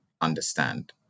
understand